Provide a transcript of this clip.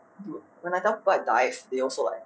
dude when I tell people I dive they also like